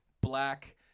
black